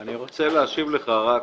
אני רוצה להשיב לך רק,